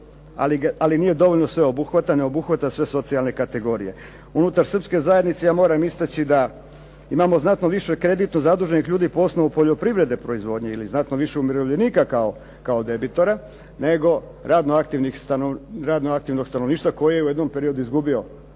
ali nije dovoljno sveobuhvatan, ne obuhvata sve socijalne kategorije. Unutar Srpske zajednice moram istaći da imamo znatno više kreditno zaduženih ljudi po osnovi poljoprivredne proizvodnje ili znatno više umirovljenika kao debitora, nego radno aktivnog stanovništva koje je u jednom periodu izgubio